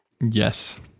Yes